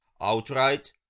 outright